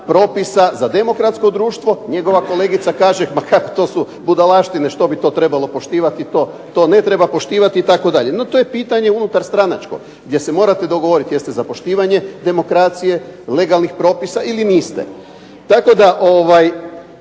propisa, za demokratsko društvo, njegova kolegica kaže to su budalaštine, što bi to trebalo poštivati, to ne treba poštivat itd. No to je pitanje unutar stranačko gdje se morate dogovoriti jeste za poštivanje demokracije, legalnih propisa ili niste.